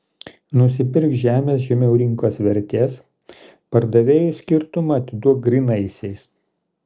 nusipirk žemės žemiau rinkos vertės pardavėjui skirtumą atiduok grynaisiais